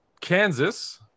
Kansas